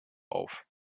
auf